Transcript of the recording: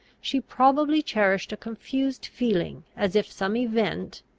she probably cherished a confused feeling as if some event,